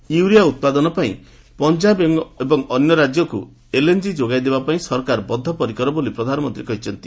urea ଉତ୍ପାଦନପାଇଁ ପଞ୍ଜାବ ଏବଂ ଅନ୍ୟ ରାଜ୍ୟକୁ ଏଲ୍ଏନ୍ଜି ଯୋଗାଇଦେବାପାଇଁ ସରକାର ବଦ୍ଧପରିକର ବୋଲି ପ୍ରଧାନମନ୍ତ୍ରୀ କହିଛନ୍ତି